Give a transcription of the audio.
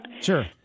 Sure